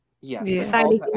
yes